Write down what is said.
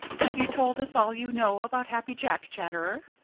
have you told us all you know about happy jack, chatterer?